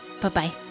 Bye-bye